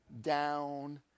down